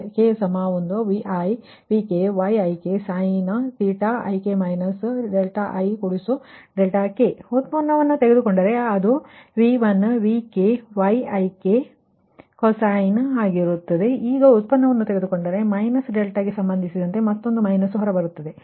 Qi k1nVi Vk Yiksin ik ik derivative ಅನ್ನು ತೆಗೆದುಕೊಂಡರೆ ಅದು Vi Vk Yik ಕೊಸೈನ್ ಆಗಿರುತ್ತದೆ ಈಗ ಡೇರಿವಿಟಿವನ್ನು ತೆಗೆದುಕೊಂಡರೆ ಮೈನಸ್ ಡೆಲ್ಟಾಕ್ಕೆ ಸಂಬಂಧಿಸಿದಂತೆ ಮತ್ತೊಂದು ಮೈನಸ್ ಹೊರಬರುತ್ತದೆ